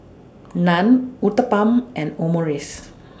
Naan Uthapam and Omurice